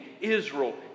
Israel